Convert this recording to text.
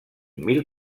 mil